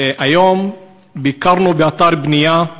היום ביקרנו, ביוזמת ועדת העבודה,